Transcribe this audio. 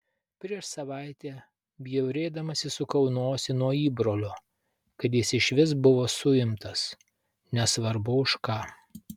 prieš savaitę bjaurėdamasi sukau nosį nuo įbrolio kad jis išvis buvo suimtas nesvarbu už ką